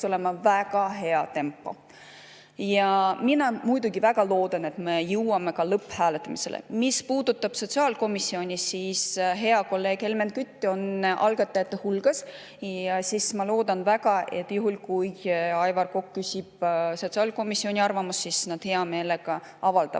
olema väga hea tempo. Ja mina muidugi väga loodan, et me jõuame ka lõpphääletuseni. Mis puudutab sotsiaalkomisjoni, siis hea kolleeg Helmen Kütt on eelnõu algatajate hulgas ja ma loodan väga, et juhul kui Aivar Kokk küsib sotsiaalkomisjoni arvamust, nad hea meelega avaldavad